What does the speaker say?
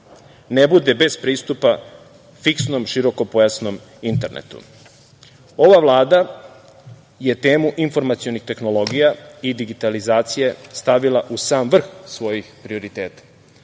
ne bude bez pristupa fiksnom širokopojasnom internetu. Ova Vlada je temu informacionih tehnologija i digitalizacije stavila u sam vrh svojih prioriteta. Vlada